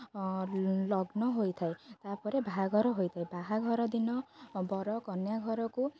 ଲଗ୍ନ ହୋଇଥାଏ ତା'ପରେ ବାହାଘର ହୋଇଥାଏ ବାହାଘର ଦିନ ବର କନ୍ୟା ଘରକୁ